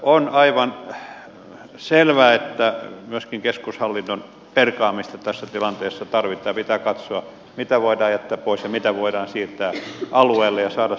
on aivan selvää että myöskin keskushallinnon perkaamista tässä tilanteessa tarvitaan ja pitää katsoa mitä voidaan jättää pois ja mitä voidaan siirtää alueille ja saada sinne riittävästi resursseja